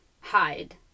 hide